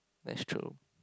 that's true